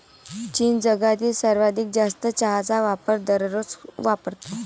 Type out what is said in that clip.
चीन जगातील सर्वाधिक जास्त चहाचा वापर दररोज वापरतो